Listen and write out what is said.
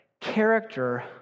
Character